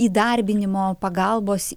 įdarbinimo pagalbos